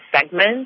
segments